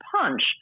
punch